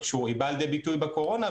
שהיא באה ליד ביטוי בקורונה,